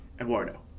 Eduardo